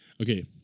okay